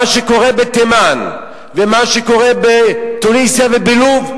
מה שקורה בתימן ומה שקורה בתוניסיה ובלוב,